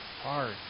hard